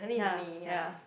yeah yeah